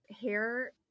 hair